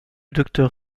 docteur